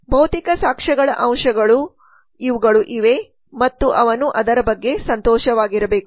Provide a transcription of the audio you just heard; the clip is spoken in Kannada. ಭೌತಿಕ ಸಾಕ್ಷ್ಯಗಳ ಅಂಶಗಳು ಅವುಗಳು ಇವೆ ಮತ್ತು ಅವನು ಅದರ ಬಗ್ಗೆ ಸಂತೋಷವಾಗಿರಬೇಕು